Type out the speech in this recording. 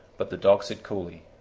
but the dog said coolly,